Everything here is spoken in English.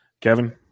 Kevin